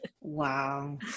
Wow